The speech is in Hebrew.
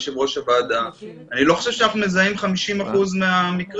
יושב-ראש הוועדה אני לא חושב שאנחנו מזהים 50% מהמקרים.